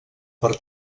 per